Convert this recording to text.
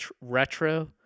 retro